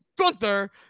Gunther